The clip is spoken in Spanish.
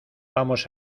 vamos